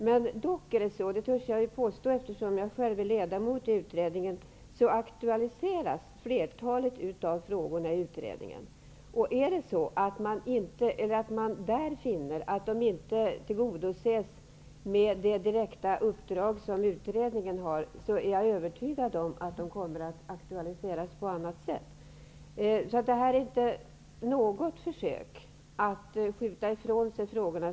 Men dock törs jag påstå, eftersom jag är ledamot i utredningen, att flertalet av frågorna aktualiseras i utredningen. Om man finner att dessa frågor inte tillgodoses med det direkta uppdrag som utredningen har fått, är jag övertygad om att frågorna kommer att aktualiseras på annat sätt. Det här är inte något försök att skjuta ifrån sig frågorna.